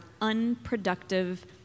unproductive